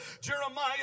Jeremiah